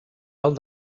alt